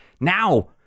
now